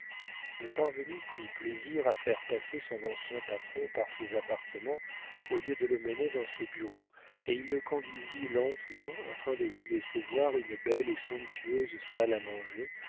le parvenu prit plaisir à faire passer son ancien patron par ses appartements au lieu de le mener dans ses bureaux et il le conduisit lentement afin de lui laisser voir une belle et somptueuse salle à manger